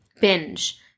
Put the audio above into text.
binge